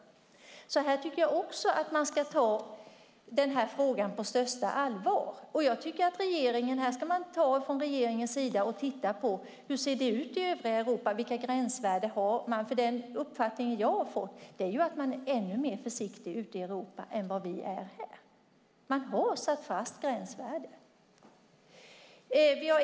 Den här frågan tycker jag också att man ska ta på största allvar. Jag tycker att man från regeringens sida ska titta på hur det ser ut i övriga Europa. Vilka gränsvärden har de? Den uppfattning jag har fått är att de är ännu mer försiktig ute i Europa än vad vi är här. De har satt ett gränsvärde.